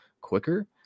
quicker